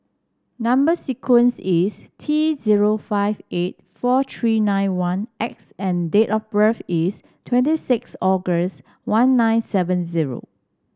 number sequence is T zero five eight four three nine one X and date of birth is twenty six August one nine seven zero